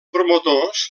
promotors